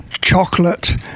chocolate